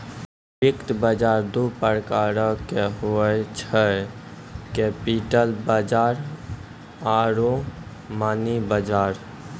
वित्त बजार दु प्रकारो के होय छै, कैपिटल बजार आरु मनी बजार